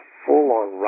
full-on